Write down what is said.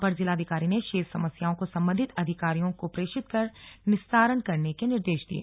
अपर जिलाधिकारी ने शेष समस्याओं को संबंधित अधिकारियों को प्रेषित कर निस्तारण करने के निर्देश दिये